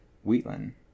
Wheatland